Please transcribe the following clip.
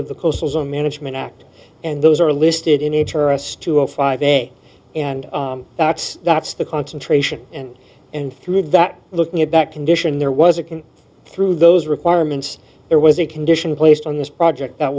of the coastal zone management act and those are listed in a tourist to a five day and that's that's the concentration and and through that looking at that condition there was a can through those requirements there was a condition placed on this project that